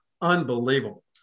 unbelievable